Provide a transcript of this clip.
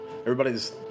everybody's